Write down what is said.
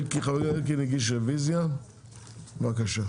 חברה הכנסת אלקין הגיש רוויזיה, בבקשה.